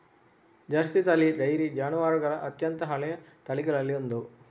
Jersey ತಳಿ dairy ಜಾನುವಾರುಗಳ ಅತ್ಯಂತ ಹಳೆಯ ತಳಿಗಳಲ್ಲಿ ಒಂದು